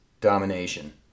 domination